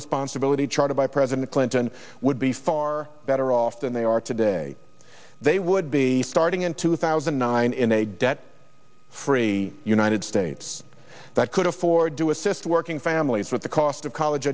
responsibility charted by president clinton would be far better off than they are today they would be starting in two thousand and nine in a debt free united states that could afford to assist working families with the cost of college